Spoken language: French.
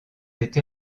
été